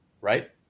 right